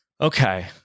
okay